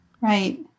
Right